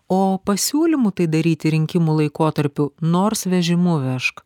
o pasiūlymų tai daryti rinkimų laikotarpiu nors vežimu vežk